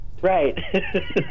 Right